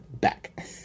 back